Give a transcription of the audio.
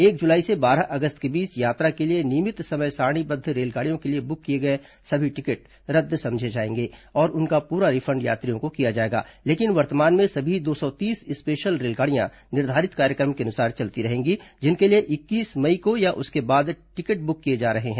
एक जुलाई से बारह अगस्त के बीच यात्रा के लिए नियमित समय सारणीबद्व रेलगाड़ियों के लिए बुक किए गए सभी टिकट रद्द समझे जाएंगे और उनका पूरा रिफंड यात्रियों को किया जाएगा लेकिन वर्तमान में सभी दो सौ तीस स्पेशल रेलगाडियां निर्धारित कार्यक्रम के अनुसार चलती रहेंगी जिनके लिए इक्कीस मई को या उसके बाद टिकट बुक किए जा रहे हैं